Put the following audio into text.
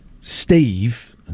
Steve